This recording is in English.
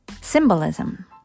symbolism